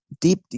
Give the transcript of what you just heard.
deep